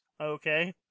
Okay